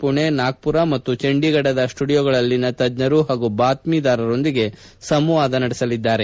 ಪುಣೆ ನಾಗ್ಲುರ ಮತ್ತು ಚಂಡೀಗಢದ ಸ್ಪುಡಿಯೋಗಳಲ್ಲಿನ ತಜ್ಞರು ಹಾಗೂ ಬಾತ್ನೀದಾರರೊಂದಿಗೆ ಸಂವಾದ ನಡೆಸಲಿದ್ದಾರೆ